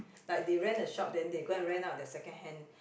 like they rent a shop then they go and rent out their secondhand